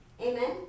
Amen